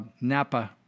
Napa